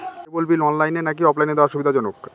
কেবল bill অনলাইনে নাকি অফলাইনে দেওয়া সুবিধাজনক?